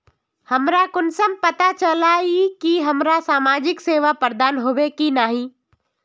हमरा कुंसम पता चला इ की हमरा समाजिक सेवा प्रदान होबे की नहीं?